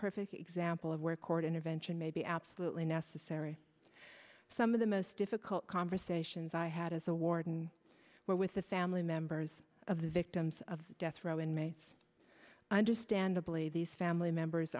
perfect example of where court intervention may be absolutely necessary some of the most difficult conversations i had as a warden were with the family members of the victims of death row inmates understandably these family members